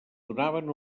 donaven